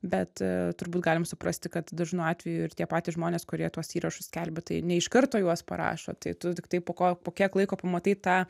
bet turbūt galim suprasti kad dažnu atveju ir tie patys žmonės kurie tuos įrašus skelbia tai ne iš karto juos parašo tai tu tiktai po ko po kiek laiko pamatai tą